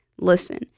Listen